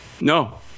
No